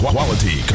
Quality